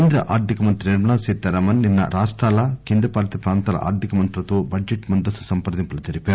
కేంద్ర ఆర్థిక మంత్రి నిర్మలా సీతారామస్ నిన్స రాష్టాల కేంద్రపాలిత ప్రాంతాల ఆర్థిక మంత్రులతో బడ్జెట్ ముందస్తు సంప్రదింపులు జరిపారు